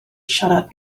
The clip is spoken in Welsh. siarad